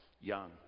Young